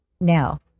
now